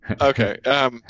Okay